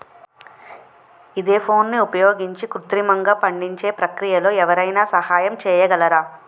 ఈథెఫోన్ని ఉపయోగించి కృత్రిమంగా పండించే ప్రక్రియలో ఎవరైనా సహాయం చేయగలరా?